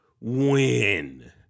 win